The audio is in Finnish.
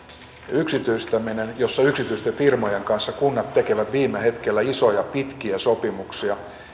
yksityistäminen jossa yksityisten firmojen kanssa kunnat tekevät viime hetkellä isoja pitkiä sopimuksia